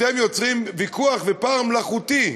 אתם יוצרים ויכוח ופער מלאכותי,